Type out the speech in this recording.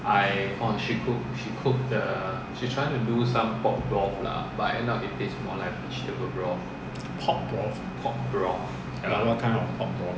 pork broth like what kind of pork broth